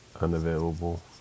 Unavailable